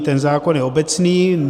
Ten zákon je obecný.